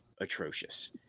atrocious